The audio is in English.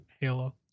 Halo